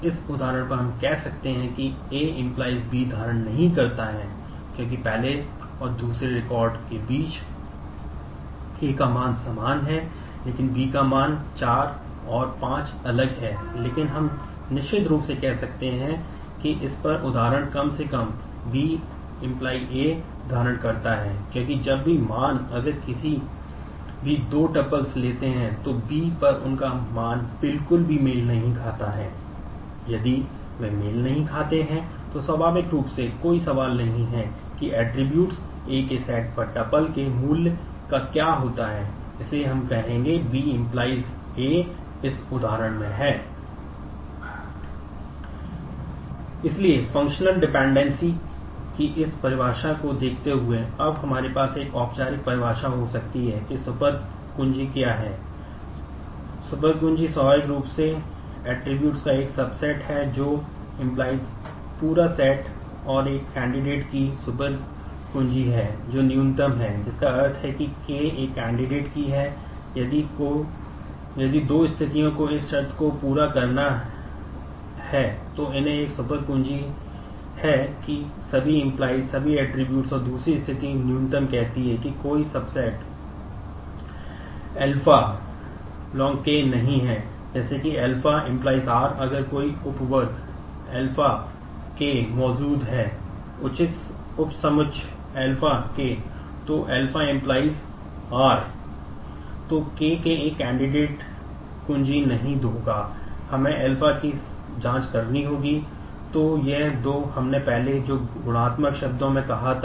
इसलिए हम कहेंगे कि B → A इस उदाहरण में है